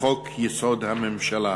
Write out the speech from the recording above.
לחוק-יסוד: הממשלה.